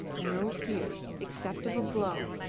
no fear except of a blow,